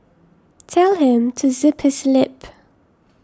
tell him to zip his lip